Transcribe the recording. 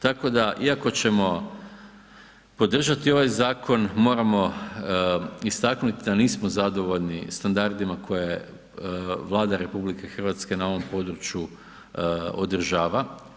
Tako da iako ćemo podržati ovaj zakon, moramo istaknuti da nismo zadovoljni standardima koje Vlada RH na ovom području održava.